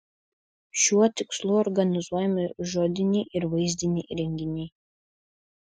šiuo tikslu organizuojami žodiniai ir vaizdiniai renginiai